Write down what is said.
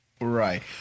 Right